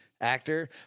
actor